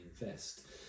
invest